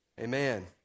amen